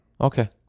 Okay